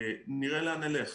נראה לאן נלך.